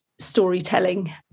Storytelling